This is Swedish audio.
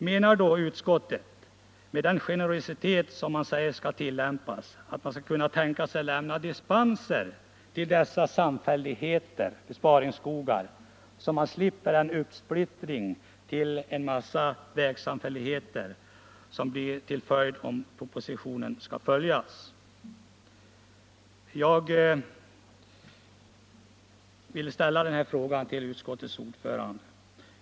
Menar då utskottet med den generositet som man säger skall tillämpas, att man skulle kunna tänka sig att dispenser lämnades till samfälligheter av typen besparingsskogar, så att vi slipper den uppsplittring på en massa vägsamfälligheter som blir en följd om propositionen skall efterlevas? Jag vill ställa den frågan till utskottets ordförande.